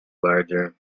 larger